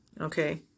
okay